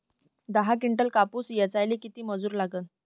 दहा किंटल कापूस ऐचायले किती मजूरी लागन?